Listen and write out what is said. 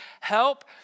help